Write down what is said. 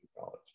College